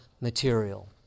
material